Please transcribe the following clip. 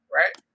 right